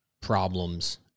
problems